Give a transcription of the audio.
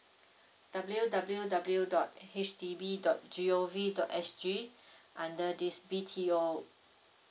w w w dot H D B dot g o v dot s g under this B_T_O